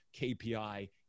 KPI